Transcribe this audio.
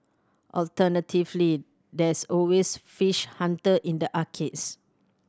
alternatively there's always Fish Hunter in the arcades